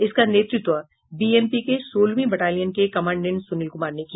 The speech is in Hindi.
इसका नेतृत्व बीएमपी के सोलहवीं बटालियन के कमांडेट सुनील कुमार ने किया